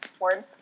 words